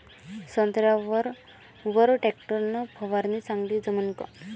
संत्र्यावर वर टॅक्टर न फवारनी चांगली जमन का?